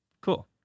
Cool